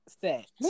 set